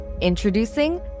Introducing